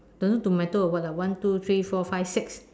don't know tomato or what lah one two three four five six